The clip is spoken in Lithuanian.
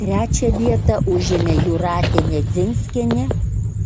trečią vietą užėmė jūratė nedzinskienė